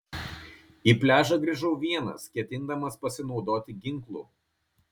į pliažą grįžau vienas ketindamas pasinaudoti ginklu